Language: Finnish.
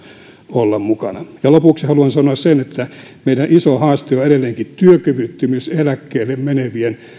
olla mukana lopuksi haluan sanoa sen että meidän iso haaste on edelleenkin se että työkyvyttö myyseläkkeelle menevien